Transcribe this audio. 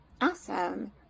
awesome